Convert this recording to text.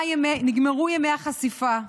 נגמרו ימי החשיפה,